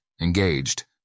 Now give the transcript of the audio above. engaged